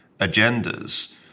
agendas